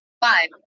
five